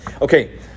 Okay